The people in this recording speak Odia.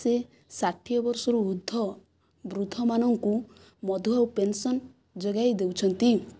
ସେ ଷାଠିଏ ବର୍ଷରୁ ଉର୍ଦ୍ଧ୍ଵ ବୃଦ୍ଧ ମାନଙ୍କୁ ମଧୁବାବୁ ପେନସନ ଯୋଗାଇ ଦେଉଛନ୍ତି